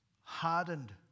hardened